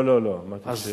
לא, לא, לא.